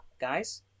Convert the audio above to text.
Guys